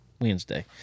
Wednesday